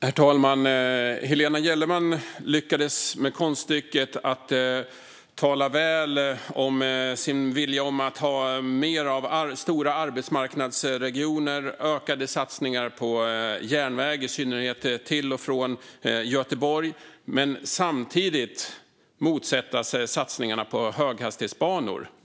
Herr talman! Helena Gellerman lyckades med konststycket att tala väl om och vilja ha mer av stora arbetsmarknadsregioner och ökade satsningar på järnväg, i synnerhet till och från Göteborg, men samtidigt motsätta sig satsningarna på höghastighetsbanor.